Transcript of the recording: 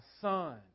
son